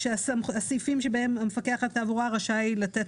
הסעיפים בהם המפקח על התעבורה רשאי לתת